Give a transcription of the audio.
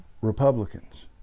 Republicans